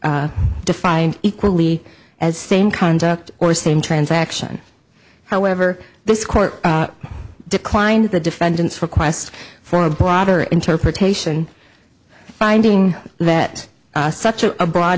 e defined equally as same conduct or same transaction however this court declined the defendant's request for a broader interpretation finding that such a broad